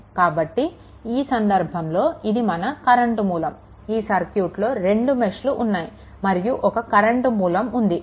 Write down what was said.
కాబట్టి ఈ సందర్భంలో ఇది మన కరెంట్ మూలం ఈ సర్క్యూట్లో రెండు మెష్లు ఉన్నాయి మరియు ఒక కరెంట్ మూలం ఉంది